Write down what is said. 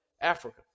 africa